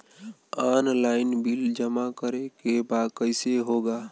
Online bill जमा करे के बा कईसे होगा?